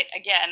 Again